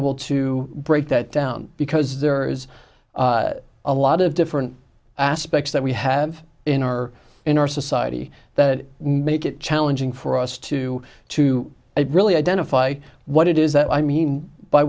able to break that down because there is a lot of different aspects that we have in our in our society that make it challenging for us to to really identify what it is that i mean by